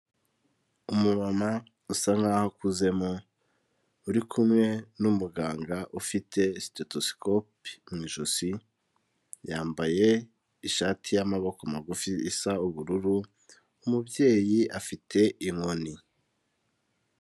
Umumama usa nk'aho ukuzemo, uri kumwe n'umuganga ufite stethoscope mu ijosi, yambaye ishati y'amaboko magufi, isa ubururu, umubyeyi afite inkoni.